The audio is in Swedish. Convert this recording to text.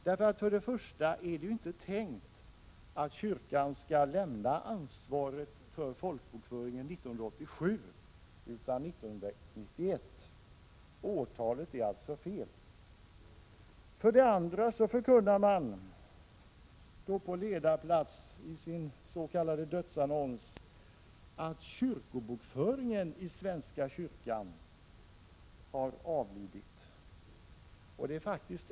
Det är inte tänkt att kyrkan skall lämna ansvaret för folkbokföringen 1987 utan 1991. Årtalet är alltså felaktigt. Dessutom förkunnar tidningen på ledarplats i sin s.k. dödsannons att kyrkobokföringen i svenska kyrkan har avlidit.